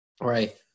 right